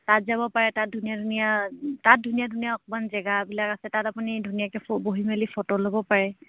তাত যাব পাৰে তাত ধুনীয়া ধুনীয়া তাত ধুনীয়া ধুনীয়া অকণমান জেগাবিলাক আছে তাত আপুনি ধুনীয়াকে বহি মেলি ফটো ল'ব পাৰে